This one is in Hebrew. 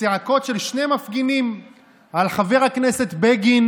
של שני המפגינים על חבר הכנסת בגין